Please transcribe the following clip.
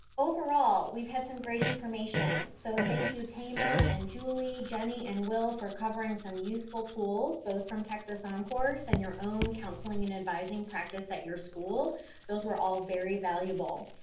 overall we've had some great information. so, thank you thema, and julie, jenny, and will for covering some useful tools, both from texas oncourse and your own counseling and advising practice at your school those were all very valuable.